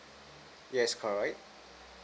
yes correct